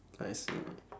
I see